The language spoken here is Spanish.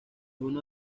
uno